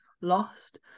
lost